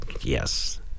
yes